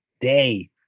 day